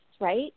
right